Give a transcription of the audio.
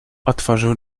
otworzył